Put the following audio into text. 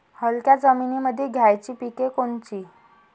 हलक्या जमीनीमंदी घ्यायची पिके कोनची?